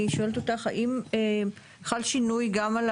אני שואלת אותך האם חל שינוי גם על